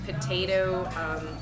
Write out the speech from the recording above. potato